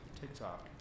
TikTok